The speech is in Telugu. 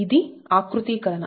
ఇది ఆకృతీకరణ